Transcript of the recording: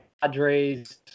Padres